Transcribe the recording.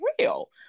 real